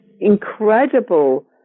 incredible